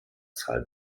zahl